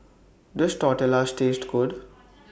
Does Tortillas Taste Good